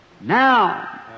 now